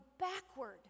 backward